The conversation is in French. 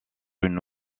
une